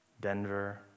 Denver